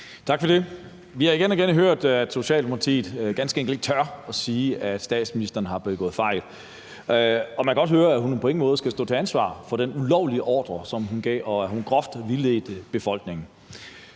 Tak for det. Vi har igen og igen hørt, at Socialdemokratiet ganske enkelt ikke tør at sige, at statsministeren har begået fejl, og man kan godt høre, at hun på ingen måde skal stå til ansvar for den ulovlige ordre, som hun gav, og for, at hun groft vildledte befolkningen.